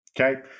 Okay